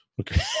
Okay